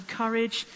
courage